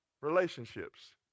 relationships